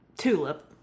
Tulip